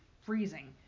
freezing